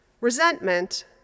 resentment